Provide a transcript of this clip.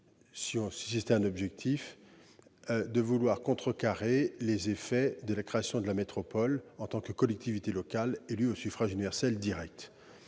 se donnerait l'objectif de contrecarrer les effets de la création de la métropole en tant que collectivité locale élue au suffrage universel direct